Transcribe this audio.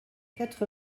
quatre